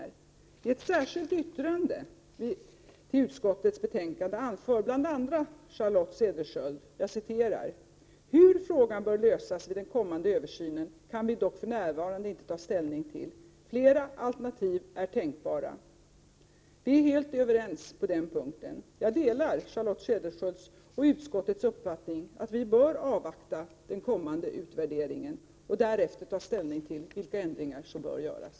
I ett särskilt yttrande till utskottets betänkande anför bl.a. Charlotte Cederschiöld: Hur frågan bör lösas vid den kommande översynen kan vi dock för närvarande inte ta ställning till. Flera alternativ är tänkbara. Vi är helt överens på den punkten. Jag delar Charlotte Cederschiölds och utskottets uppfattning att vi bör avvakta den kommande utvärderingen och därefter ta ställning till vilka ändringar som bör göras.